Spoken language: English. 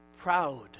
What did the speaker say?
Proud